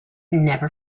never